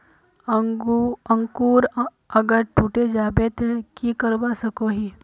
अंकूर अगर टूटे जाबे ते की करवा सकोहो ही?